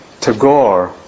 Tagore